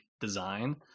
design